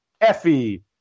Effie